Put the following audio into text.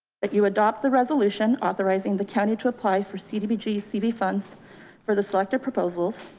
that you adopt the resolution. authorizing the county to apply for cdbg cb funds for the selector proposals.